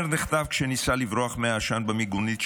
עומר נחטף כשניסה לברוח מהעשן במיגונית,